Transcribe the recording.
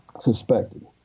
suspected